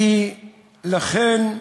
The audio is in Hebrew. ולכן,